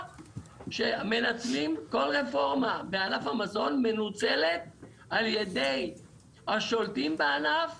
שמנצלים כל רפורמה בענף המזון מנוצלת על ידי השולטים בענף